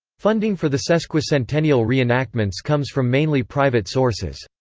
funding for the sesquicentennial reenactments comes from mainly private sources.